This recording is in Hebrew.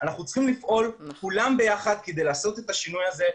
אנחנו צריכים לפעול כולם יחד כדי לעשות את השינוי הזה,